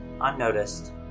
unnoticed